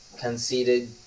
conceded